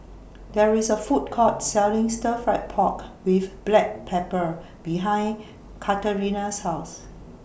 There IS A Food Court Selling Stir Fried Pork with Black Pepper behind Katarina's House